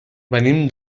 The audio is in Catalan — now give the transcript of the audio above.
venim